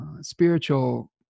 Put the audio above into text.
spiritual